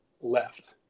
left